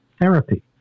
therapy